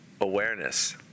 awareness